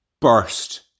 burst